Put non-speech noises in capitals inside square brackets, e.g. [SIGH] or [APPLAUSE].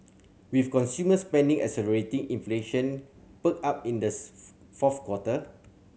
with consumer spending accelerating inflation perked up in the [UNINTELLIGIBLE] fourth quarter